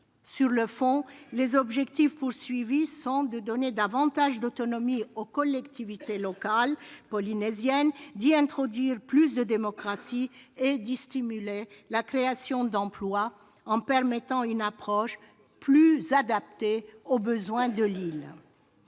Sur le fond, les objectifs visés sont de donner davantage d'autonomie aux collectivités locales polynésiennes, d'y introduire plus de démocratie et d'y stimuler la création d'emplois en permettant une approche plus adaptée aux besoins de ces